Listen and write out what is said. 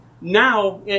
Now